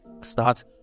start